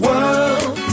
World